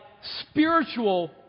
spiritual